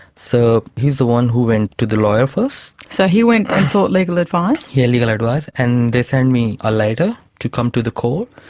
so he's the one who went to the lawyer first. so he went and sought legal advice. yeah, legal advice. and they sent me a letter to come to the court.